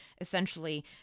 essentially